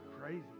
crazy